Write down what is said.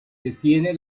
detiene